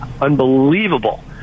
unbelievable